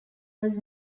was